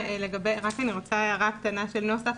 אני רוצה להעיר הערה קטנה על הנוסח: